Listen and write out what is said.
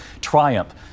triumph